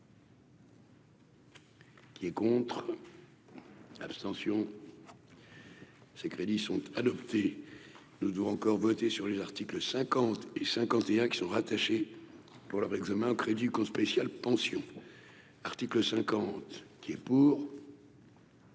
Qui est contre l'abstention. Ces crédits sont le encore voter sur les articles 50 et 51 qui sont rattachés pour leur examen crédit con spéciale Pensions articles 50 qui est pour.